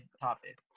topic